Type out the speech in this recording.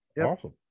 awesome